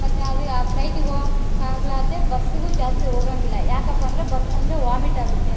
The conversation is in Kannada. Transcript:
ಮತ್ತೆ ಅದೇ ಆ ಫ್ಲೈಟಿಗೆ ಹೋಗೋಕಾಗಲಾರ್ದೆ ಬಸ್ಸಿಗೂ ಜಾಸ್ತಿ ಹೋಗೋಂಗಿಲ್ಲ ಯಾಕಪ್ಪ ಅಂದರೆ ಬಸ್ ಅಂದರೆ ವಾಮಿಟ್ ಆಗುತ್ತೆ